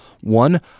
One